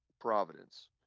Providence